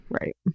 Right